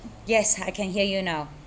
yes I can hear you now